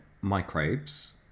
microbes